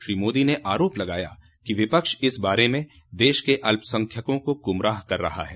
श्री मोदी ने आरोप लगाया कि विपक्ष इस बारे में देश के अल्पसंख्यकों को गुमराह कर रहा है